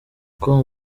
com